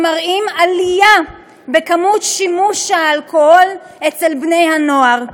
הם מראים עלייה בשימוש באלכוהול אצל בני-הנוער.